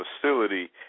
facility